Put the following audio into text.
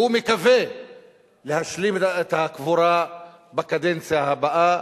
והוא מקווה להשלים את הקבורה בקדנציה הבאה,